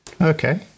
Okay